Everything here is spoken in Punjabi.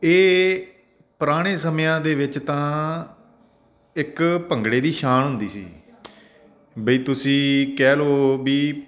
ਇਹ ਪੁਰਾਣੇ ਸਮਿਆਂ ਦੇ ਵਿੱਚ ਤਾਂ ਇੱਕ ਭੰਗੜੇ ਦੀ ਸ਼ਾਨ ਹੁੰਦੀ ਸੀ ਬਈ ਤੁਸੀਂ ਕਹਿ ਲਓ ਵੀ